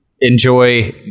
enjoy